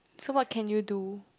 so what can you do